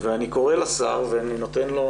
אני קורא לשר ואני נותן לו,